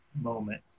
moment